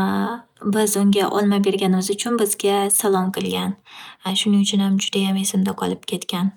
Biz unga olma berganimiz uchun bizga salom qilgan shuning uchunam juda esimda qolib ketgan.